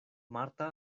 marta